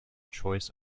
choice